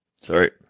Sorry